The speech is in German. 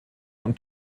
und